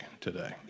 today